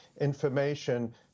information